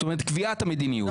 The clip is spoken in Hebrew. זאת אומרת קביעת המדיניות.